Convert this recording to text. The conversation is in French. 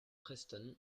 preston